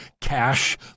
cash